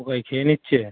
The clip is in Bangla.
পোকায় খেয়ে নিচ্ছে